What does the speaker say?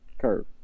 Curve